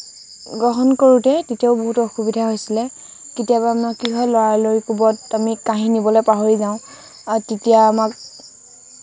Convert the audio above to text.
গ্ৰহণ কৰোঁতে তেতিয়াও বহুত অসুবিধা হৈছিলে কেতিয়াবা কি হয় লৰালৰি কোবত আমি কাঁহি নিবলৈ পাহৰি যাওঁ আৰু তেতিয়া আমাক